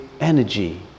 energy